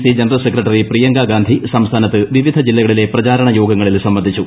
C general secretary Priyanka Gandhi സംസ്ഥാനത്ത് വിവിധ ജില്ലകളിലെ പ്രചാരണ യോഗ്ങ്ങളിൽ സംബന്ധിച്ചു